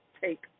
take